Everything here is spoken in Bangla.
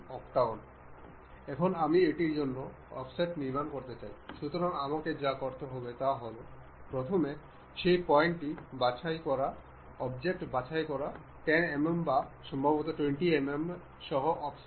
এটি করার জন্য যদি আমরা স্লটের প্লেন এবং একে অপরের কাছে এই পিনের প্লেনটি নির্বাচন করি তবে কী হবে